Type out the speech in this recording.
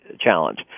challenge